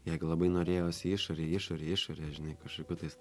jeigu labai norėjos į išorę į išorę į išorę žinai kašokių tais